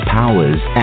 powers